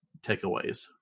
takeaways